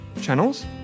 channels